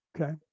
Okay